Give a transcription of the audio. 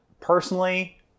personally